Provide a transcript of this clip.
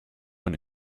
when